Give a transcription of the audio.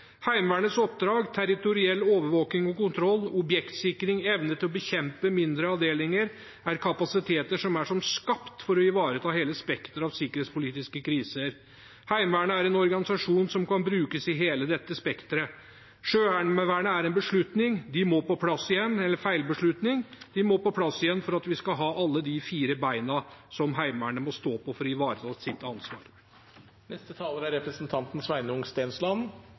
Heimevernets oppdrag, territoriell overvåking og kontroll, objektsikring, evne til å bekjempe mindre avdelinger, er kapasiteter som er som skapt for å ivareta hele spekteret av sikkerhetspolitiske kriser. Heimevernet er en organisasjon som kan brukes i hele dette spekteret. Det med Sjøheimevernet er en feilbeslutning – det må på plass igjen for at vi skal ha alle de fire beina som Heimevernet må stå på for å ivareta sitt ansvar. Det er